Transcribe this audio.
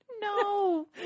No